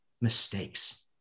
mistakes